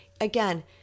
again